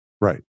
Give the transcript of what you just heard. Right